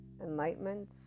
enlightenment